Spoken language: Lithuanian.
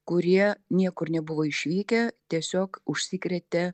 kurie niekur nebuvo išvykę tiesiog užsikrėtė